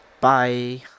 Bye